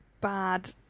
bad